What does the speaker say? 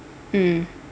mm